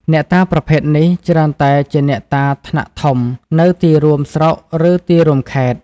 អ្នកតាប្រភេទនេះច្រើនតែជាអ្នកតាថ្នាក់ធំនៅទីរួម ស្រុក ឬ ទីរួមខេត្ត។